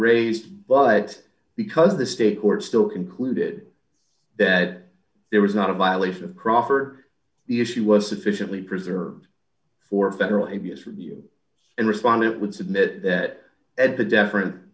raised but because the state court still concluded that there was not a violation of crawford the issue was sufficiently preserved for federal a b s review and respondent would submit that at the deferen